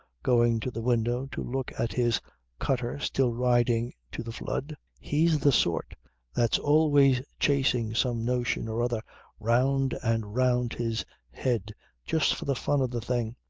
going to the window to look at his cutter still riding to the flood. he's the sort that's always chasing some notion or other round and round his head just for the fun of the thing.